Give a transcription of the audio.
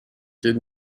did